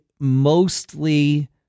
Mostly